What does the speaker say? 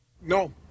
No